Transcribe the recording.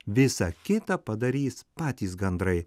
visą kitą padarys patys gandrai